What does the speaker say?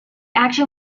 action